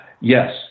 yes